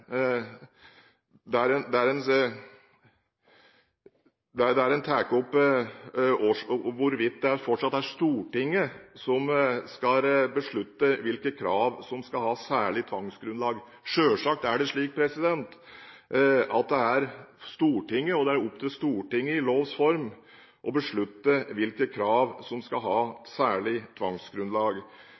der en tar opp hvorvidt det fortsatt er Stortinget som skal beslutte hvilke krav som skal ha særlig tvangsgrunnlag: Selvsagt er det slik at det er opp til Stortinget i lovs form å beslutte hvilke krav som skal ha særlig tvangsgrunnlag.